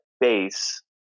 base